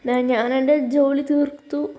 പിന്നെ ഞാൻ എൻ്റെ ജോലി തീർത്തു